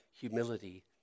humility